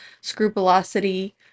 scrupulosity